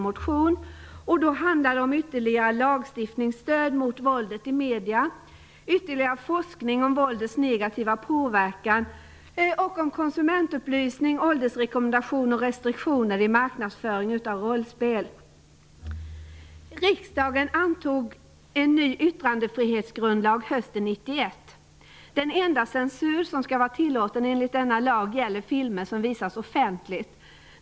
Det handlar om ytterligare lagstiftningsstöd mot våldet i media, om ytterligare forskning om våldets negativa påverkan samt om konsumentupplysning, åldersrekommendationer och restriktioner i marknadsföring av rollspel. Riksdagen antog en ny yttrandefrihetsgrundlag hösten 1991. Den enda censur som skall vara tillåten enligt denna lag gäller filmer som visas offentligt.